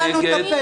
אין נמנעים,